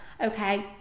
Okay